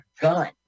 gun